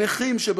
הנכים,